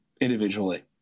individually